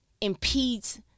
impedes